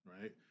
Right